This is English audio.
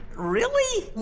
really?